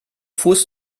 fuß